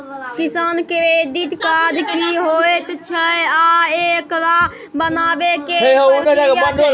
किसान credit card की होयत छै आ एकरा बनाबै के की प्रक्रिया छै?